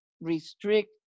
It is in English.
restrict